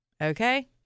Okay